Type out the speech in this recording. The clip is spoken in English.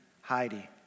Heidi